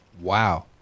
Wow